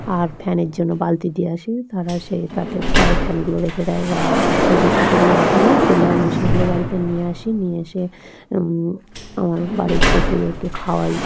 আর ফ্যানের জন্য বালতি দিয়ে আসি তারা সেই তাতে তাদের ফ্যানগুলো রেখে দেয় বা সবজির খোসাগুলো রেখে দেয় দিলে আমি সেগুলো বাড়িতে নিয়ে আসি নিয়ে এসে আমার বাড়ির পশুদেরকে খাওয়াই